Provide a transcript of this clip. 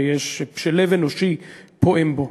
כל מי שלב אנושי פועם בו.